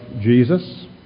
Jesus